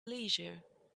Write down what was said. leisure